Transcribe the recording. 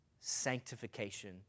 sanctification